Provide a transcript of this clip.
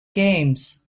games